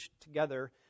together